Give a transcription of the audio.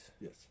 Yes